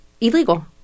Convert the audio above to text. illegal